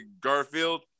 Garfield